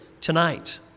tonight